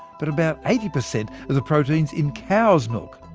but about eighty per-cent of the proteins in cow's milk.